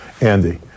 Andy